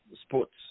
sports